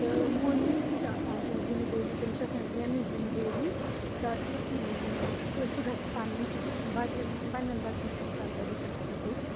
تہٕ مۅہنِوِس تہِ چھ آسان کیٚنٛہہ ذِمہٕ دأری تٔمِس چھِ آسان زینٕچ ذِمہٕ دأری تاکہِ تہِ سُہ گَژھِ پَنٕنۍ بَچَن پَنٕنٮ۪ن بَچَن ہٕنٛز پَرؤرِش اَصٕل پٲٹھۍ کَرُن